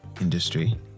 industry